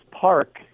park